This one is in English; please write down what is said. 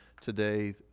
today